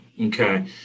okay